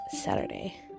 Saturday